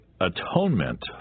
atonement